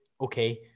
okay